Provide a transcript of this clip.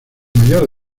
mayor